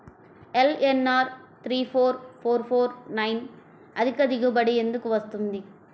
LNR three four four four nine అధిక దిగుబడి ఎందుకు వస్తుంది?